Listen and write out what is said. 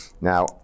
Now